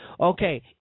okay